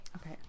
Okay